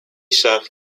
chef